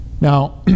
Now